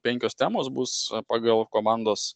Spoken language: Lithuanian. penkios temos bus pagal komandos